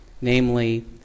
Namely